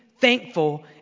thankful